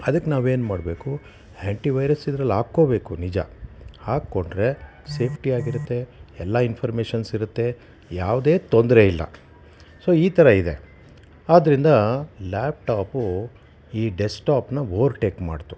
ಅದಕ್ಕೆ ನಾವು ಏನ್ಮಾಡಬೇಕು ಆ್ಯಂಟಿ ವೈರಸ್ ಇದ್ರಲ್ಲಿ ಹಾಕ್ಕೋಬೇಕು ನಿಜ ಹಾಕಿಕೊಂಡ್ರೆ ಸೇಫ್ಟಿ ಆಗಿರುತ್ತೆ ಎಲ್ಲ ಇನ್ಫರ್ಮೇಷನ್ಸ್ ಇರುತ್ತೆ ಯಾವುದೇ ತೊಂದರೆ ಇಲ್ಲ ಸೊ ಈ ಥರ ಇದೆ ಆದ್ದರಿಂದ ಲ್ಯಾಪ್ ಟಾಪು ಈ ಡೆಸ್ಕ್ಟಾಪ್ನ ಓವರ್ಟೇಕ್ ಮಾಡಿತು